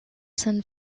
sun